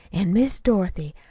an', miss dorothy,